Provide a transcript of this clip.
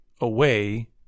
away